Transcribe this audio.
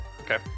Okay